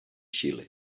xile